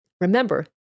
Remember